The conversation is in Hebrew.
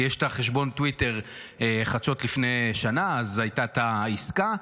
כי יש את חשבון הטוויטר "חדשות מלפני שנה" אז הייתה העסקה.